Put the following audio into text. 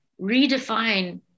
redefine